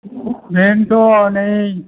बेनोथ' नै